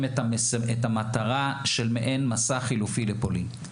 את המטרה של מעין מסע חלופי לפולין.